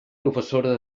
professora